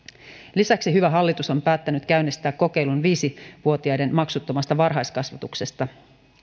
lisäksi hyvä hallitus on päättänyt käynnistää kokeilun viisivuotiaiden maksuttomasta varhaiskasvatuksesta